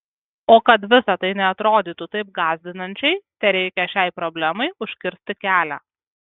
o kad visa tai neatrodytų taip gąsdinančiai tereikia šiai problemai užkirsti kelią